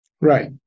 Right